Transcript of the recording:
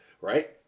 right